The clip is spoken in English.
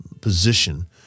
position